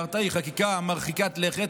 היא חקיקה מרחיקת לכת.